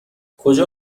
کجا